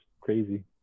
crazy